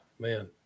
man